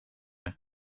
hij